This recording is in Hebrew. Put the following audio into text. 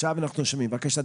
עכשיו אנחנו שומעים, בבקשה.